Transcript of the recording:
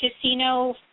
casino